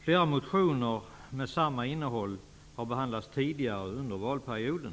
Flera motioner med samma innehåll har behandlats tidigare under valperioden.